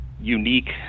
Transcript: unique